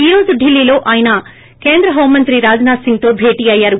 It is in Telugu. ఈ రోజు ఢిల్లీలో ఆయన కేంద్ర హోం మంత్రి రాజనాధ్ సింగ్తో భేటీ అయ్యారు